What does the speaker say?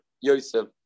Yosef